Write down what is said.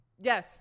Yes